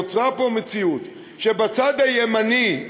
נוצרה פה מציאות שבצד הימני,